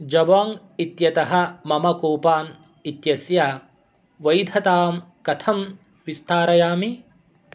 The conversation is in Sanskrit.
जबोङ्ग् इत्यतः मम कूपान् इत्यस्य वैधतां कथं विस्तारयामि